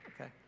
Okay